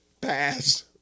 pass